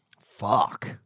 fuck